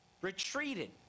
retreated